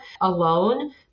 alone